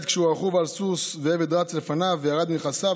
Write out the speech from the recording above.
כשהוא רכוב על סוס ועבד רץ לפניו וירד מנכסיו,